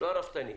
לא הרפתנים.